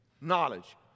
Knowledge